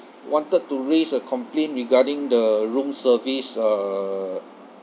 wanted to raise a complaint regarding the room service uh